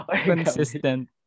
consistent